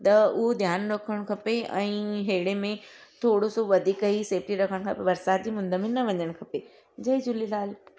त उहो ध्यानु रखणु खपे ऐं अहिड़े में थोरो सो वधीक ई सेफ्टी रखणु खपे बरसाति जे मुंदि में न वञणु खपे जय झूलेलाल